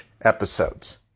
episodes